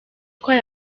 itwaye